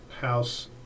house